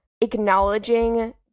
acknowledging